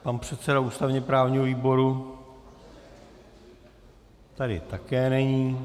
Pan předseda ústavněprávního výboru tady také není.